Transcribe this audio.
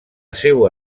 seua